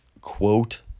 quote